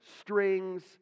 strings